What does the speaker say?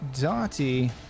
Dottie